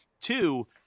Two